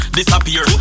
Disappear